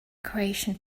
croatian